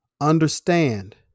understand